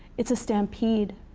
it's a stampede.